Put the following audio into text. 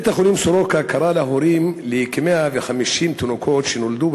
בית-החולים סורוקה קרא להורים של כ-150 תינוקות שנולדו